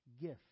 gift